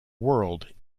world